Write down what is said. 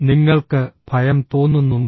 നിങ്ങൾക്ക് ഭയം തോന്നുന്നുണ്ടോ